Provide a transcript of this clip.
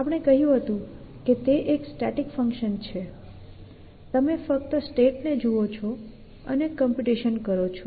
આપણે કહ્યું હતું કે તે એક સ્ટેટિક ફંકશન છે તમે ફક્ત સ્ટેટને જુઓ છો અને કમ્પ્યૂટેશન કરો છો